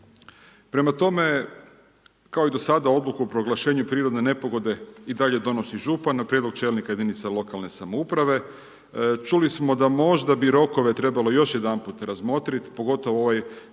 Prema tome, kao i dosada odluku o proglašenju prirodne nepogode i dalje donosi župan na prijedlog čelnika jedinice lokalne samouprave, čuli smo da možda bi rokove trebalo još jedanput razmotriti, pogotovo da